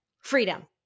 Freedom